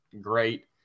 great